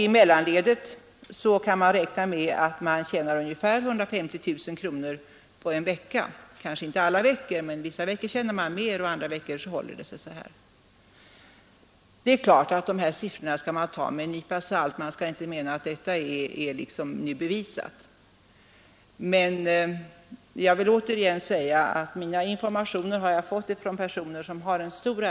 I mellanledet torde man tjäna ungefär 150 000 kronor i veckan — kanske inte alla veckor, vissa veckor tjänar man mer och andra mindre, men i stort sett håller det sig omkring 150 000 kronor per vecka. Siffrorna bör självfallet tas med en nypa salt. Man får givetvis inte utgå ifrån att beloppen är exakta. Men jag har fått mina informationer från personer som är initierade.